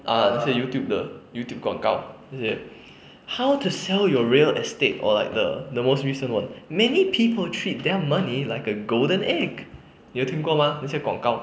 ah 那些 youtube 的 youtube 广告那些 how to sell your real estate or like the the most recent one many people treat their money like a golden egg 你有听过吗那些广告